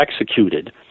executed